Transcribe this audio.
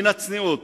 מן הצניעות,